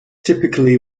typically